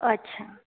अच्छा